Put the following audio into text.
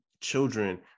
children